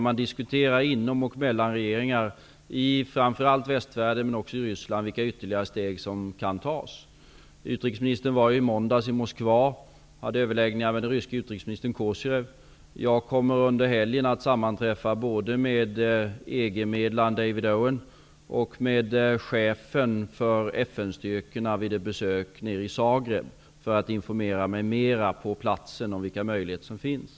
Man diskuterar inom och mellan regeringar i framför allt västvärlden, men också i Ryssland, vilka ytterligare steg som kan tas. Utrikesministern var i måndags i Moskva. Hon hade överläggningar med den ryske utrikesministern Kozyrev. Jag kommer under helgen vid ett besök nere i Zagreb att sammanträffa både med EG-medlaren David Owen och med chefen för FN-styrkorna för att på platsen informera mig om vilka möjligheter som finns.